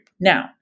Now